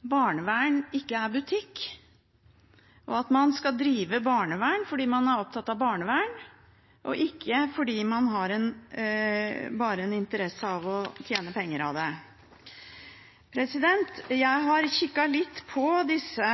barnevern ikke er butikk, og at man skal drive barnevern fordi man er opptatt av barnevern, og ikke fordi man bare har en interesse av å tjene penger på det. Jeg har kikket litt på disse